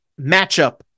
matchup